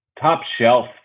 top-shelf